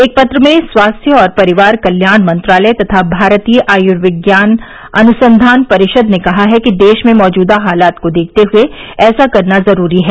एक पत्र में स्वास्थ्य और परिवार कल्याण मंत्रालय तथा भारतीय आयुर्विज्ञान अनुसंधान परिषद ने कहा है कि देश में मौजूदा हालात को देखते हुए ऐसा करना जरूरी है